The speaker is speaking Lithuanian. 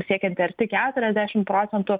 siekiantį arti keturiasdešim procentų